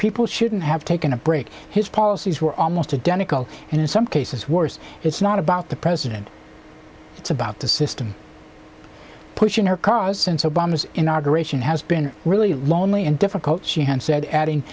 people shouldn't have taken a break his policies were almost identical and in some cases worse it's not about the president it's about the system pushing her car since obama's inauguration has been really lonely and difficult she had said adding